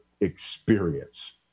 experience